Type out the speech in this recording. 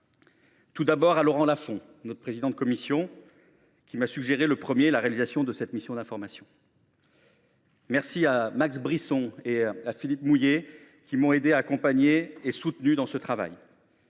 tout d’abord Laurent Lafon, le président de notre commission, qui m’a suggéré le premier la réalisation de cette mission d’information. Merci à Max Brisson et à Philippe Mouiller, qui m’ont aidé, accompagné et soutenu dans ce travail.